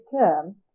term